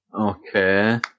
Okay